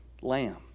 lamb